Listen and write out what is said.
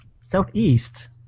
Southeast